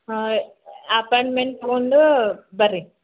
ಹಾಂ ಅಪಾಯಿಂಟ್ಮೆಂಟ್ ತಗೊಂಡು ಬರ್ರಿ